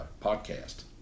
podcast